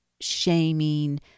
shaming